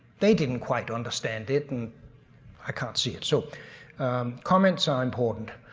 they didn't quite understand it and i can't see it so comments are important.